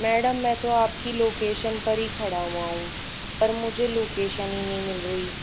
madam मैं तो आपकी लोकेशन पर ही खड़ा हुआ हूँ पर मुझे लोकेशन ही नहीं मिल रही